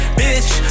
bitch